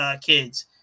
kids